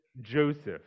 Joseph